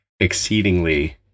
exceedingly